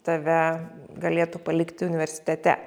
tave galėtų palikti universitete